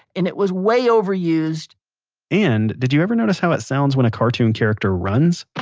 and it was way overused and did you ever notice how it sounds when a cartoon character runs?